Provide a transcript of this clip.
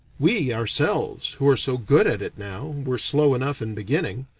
we ourselves, who are so good at it now, were slow enough in beginning.